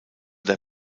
der